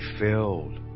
filled